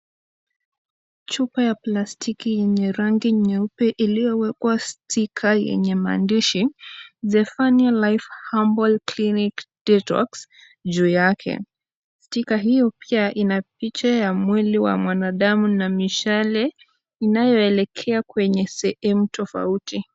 Chupa ya plastiki yenye rangi nyeupe iliyowekwa stika yenye maandishi the funny life humble clinic date works juu yake, stika hiyo pia ina picha ya mwili wa mwanadamu na mishale inayoelekea kwenye sehemu tofauti.